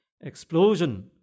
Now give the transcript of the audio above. explosion